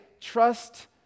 trust